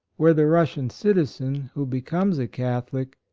where the russian citizen, who becomes a catholic,